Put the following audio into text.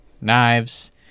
knives